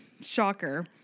shocker